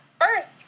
first